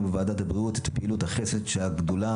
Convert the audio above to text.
בוועדת הבריאות את פעילות החסד שהגדולה